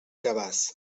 cabàs